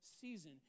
season